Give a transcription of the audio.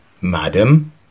Madam